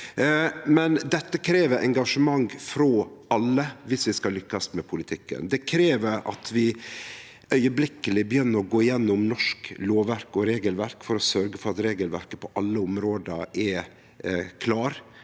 Det krev engasjement frå alle viss vi skal lykkast med politikken. Det krev at vi straks begynner å gå gjennom norsk lovverk og regelverk for å sørgje for at regelverket på alle område er klart